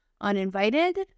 uninvited